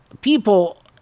people